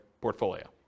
portfolio